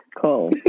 Cool